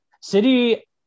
City